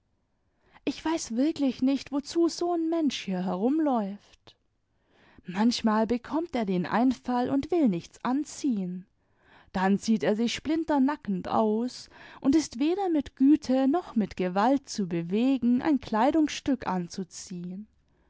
ich weiß wirklich nicht wozu so n mensch hier herumläuft manchmal bekommt er den einfall und will nichts anziehen dann zieht er sich splintemackend aus und ist weder mit güte noch mit gewalt zu bewegen ein kleidungsstück anzuziehen